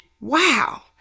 wow